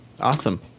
Awesome